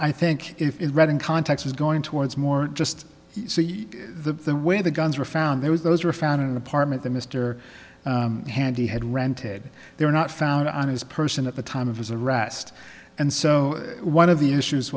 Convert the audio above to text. i think if you read in context is going towards more just see the way the guns were found there was those are found in an apartment that mr handy had rented they were not found on his person at the time of his arrest and so one of the issues